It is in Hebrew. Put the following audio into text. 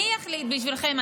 אני אחליט בשבילכם,